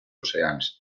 oceans